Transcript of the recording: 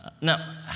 Now